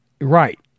Right